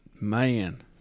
man